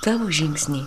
tavo žingsniai